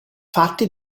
fatti